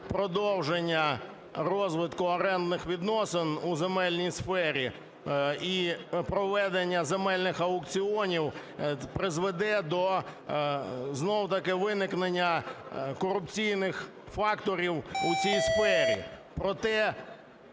продовження розвитку орендних відносин у земельній сфері і проведення земельних аукціонів призведе до знову-таки виникнення корупційних факторів у цій сфері.